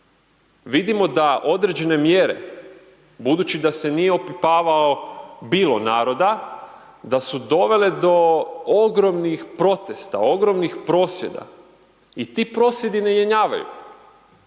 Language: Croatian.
vidimo da određene mjere, budući da se nije opipavao bilo naroda, da su dovele do ogromnih protesta, ogromnih prosvjeda, i ti prosvjedi ne jenjavaju.